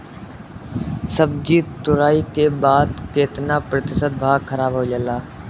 सब्जी तुराई के बाद केतना प्रतिशत भाग खराब हो जाला?